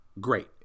great